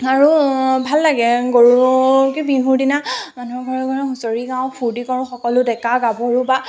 আৰু ভাল লাগে গৰু বিহুৰদিনা মানুহৰ ঘৰে ঘৰে হুচঁৰি গাওঁ ফূৰ্তি কৰোঁ সকলো ডেকা গাভৰু বা